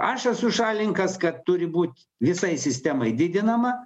aš esu šalininkas kad turi būt visai sistemai didinama